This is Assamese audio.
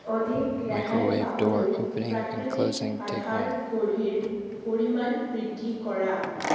অধিক ৰেহাই পাবলৈ প্ৰাকৃতিক আধাৰ গুড়িৰ পৰিমাণ বৃদ্ধি কৰা